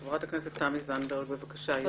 חברת הכנסת תמי זנדברג, יושבת-ראש מרצ, בבקשה.